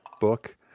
book